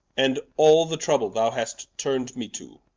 and all the trouble thou hast turn'd me to?